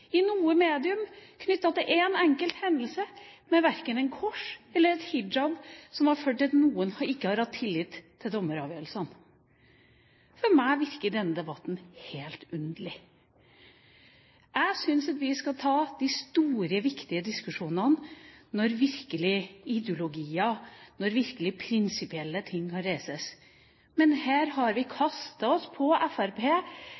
i noe medium knyttet til en eneste hendelse om at kors eller hijab har ført til at noen ikke har hatt tillit til dommeravgjørelsen. På meg virker denne debatten veldig underlig. Jeg syns at vi skal ta de store, viktige diskusjonene når ideologier og virkelig prinsipielle ting skal reises. Men her har vi